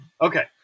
okay